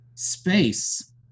space